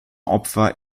opfer